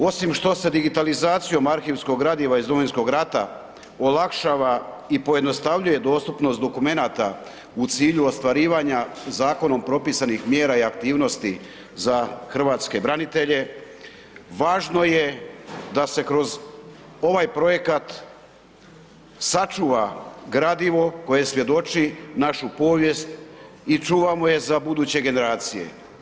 Osim što se digitalizacijom arhivskog gradiva iz domovinskog rata olakšava i pojednostavljuje dostupnost dokumenata u cilju ostvarivanja zakonom propisanih mjera i aktivnosti za hrvatske branitelje, važno je da se kroz ovaj projekat sačuva gradivo koje svjedoči našu povijest i čuvamo je za buduće generacije.